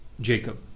Jacob